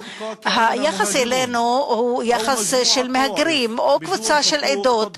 היחס אלינו הוא כאל מהגרים או קבוצה בין עדוֹת